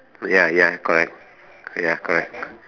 ya ya correct ya correct